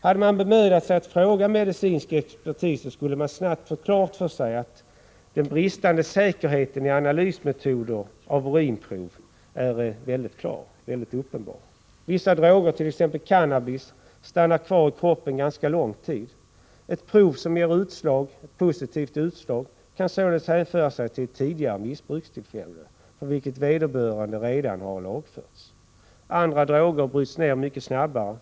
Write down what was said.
Hade man bemödat sig om att fråga medicinsk expertis, hade man snart fått klart för sig att bristen på säkerhet när det gäller analysmetoderna vid urinprov är mycket uppenbar. Vissa droger, t.ex. cannabis, stannar kvar i kroppen en ganska lång tid. Ett prov som ger positivt utslag kan således hänföra sig till ett tidigare missbrukstillfälle för vilket vederbörande redan har lagförts. Andra droger bryts ned mycket snabbare.